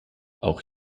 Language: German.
auch